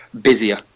busier